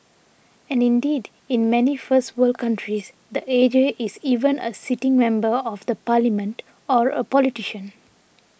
and indeed in many first world countries the A G is even a sitting member of the parliament or a politician